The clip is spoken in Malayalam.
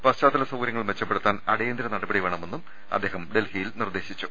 പശ്ചാ ത്തല സൌകര്യങ്ങൾ മെച്ചപ്പെടുത്താൻ അടിയന്തര നടപടി വേണ മെന്നും അദ്ദേഹം ഡൽഹിയിൽ നിർദേശിച്ചു